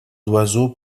d’oiseaux